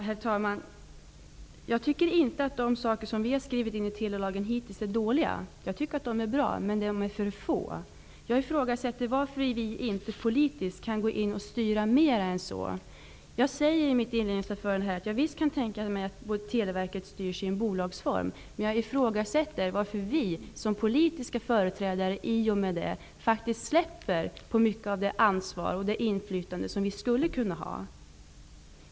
Herr talman! Jag tycker inte att det som hittills skrivits in i telelagen är dåligt. Jag tycker att det är bra, men det är för litet. Jag ifrågasätter varför vi inte politiskt kan gå in och styra mer än så. Jag sade i mitt inledningsanförande att jag visst kan tänka mig att Televerket styrs i bolagsform. Men jag ifrågasätter att vi som politiska företrädare i och med detta släpper mycket av det ansvar och det inflytande som vi skulle kunna ha.